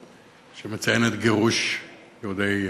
היום שמציין את גירוש יהודי